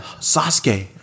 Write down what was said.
Sasuke